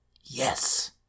Yes